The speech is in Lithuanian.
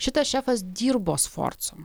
šitas šefas dirbo sforcom